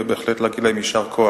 ובהחלט להגיד להם יישר כוח.